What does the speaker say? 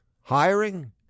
Hiring